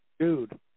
dude